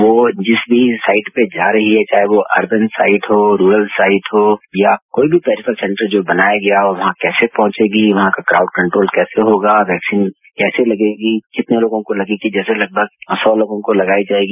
वो जिस भी साइट पर जा रही है चाहे वो अरबन साइट हो रूरल साइट हो या कोई भी प्रीफर सेंटर जो बनाया गया हो वहां कैसे पहुंचेगी वहां का क्राउड कंट्रोल कैसे होगा वैक्सीन कैसे लगेगी कितने लोगों को लगेगी जैसे लगभग सौ लोगों को लगाई जाएगी